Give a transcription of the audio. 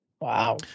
Wow